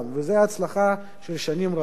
וזו הצלחה של שנים רבות,